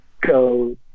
go